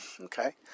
Okay